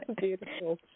Beautiful